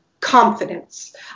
confidence